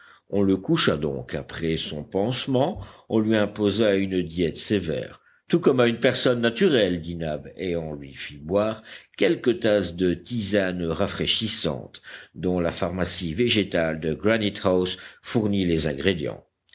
on le coucha donc après son pansement on lui imposa une diète sévère tout comme à une personne naturelle dit nab et on lui fit boire quelques tasses de tisane rafraîchissante dont la pharmacie végétale de granite house fournit les ingrédients